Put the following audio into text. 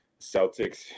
Celtics